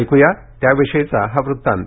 ऐकूया त्याविषयीचा हा वृत्तांत